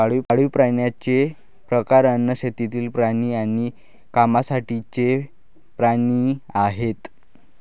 पाळीव प्राण्यांचे प्रकार अन्न, शेतातील प्राणी आणि कामासाठीचे प्राणी आहेत